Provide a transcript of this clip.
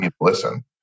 listen